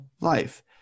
life